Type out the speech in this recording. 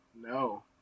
no